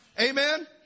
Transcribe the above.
Amen